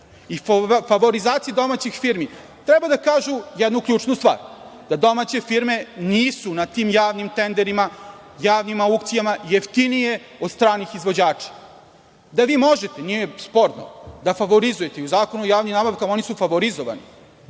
i favorizacije domaćih firmi, treba da kažu jednu ključnu stvar, a to je da domaće firme nisu na tim javnim tenderima, javnim aukcijama jeftinije od stranih izvođača. Vi možete, nije sporno, da favorizujete i u Zakonu o javnim nabavkama oni su favorizovani,